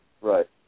Right